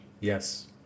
Yes